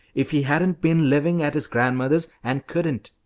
if he hadn't been living at his grandmother's, and couldn't.